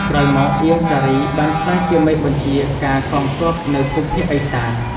ក្រោយមក អៀង សារី បានក្លាយជាមេបញ្ជា ការកងទ័ពនៅភូមិភាគឦសាន។